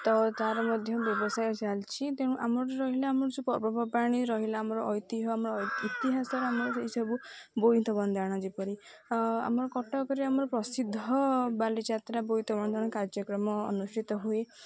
ତ ତା'ର ମଧ୍ୟ ବ୍ୟବସାୟ ଚାଲିଛି ତେଣୁ ଆମର ରହିଲା ଆମର ଯେଉଁ ପର୍ବପର୍ବାଣି ରହିଲା ଆମର ଐତିହ୍ୟ ଆମର ଇତିହାସର ଆମର ସେହିସବୁ ବୋଇତ ବନ୍ଦାଣ ଯେପରି ଆମର କଟକରେ ଆମର ପ୍ରସିଦ୍ଧ ବାଲିଯାତ୍ରା ବୋଇତ ବନ୍ଦାଣ କାର୍ଯ୍ୟକ୍ରମ ଅନୁଷ୍ଠିତ ହୁଏ